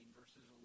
verses